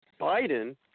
Biden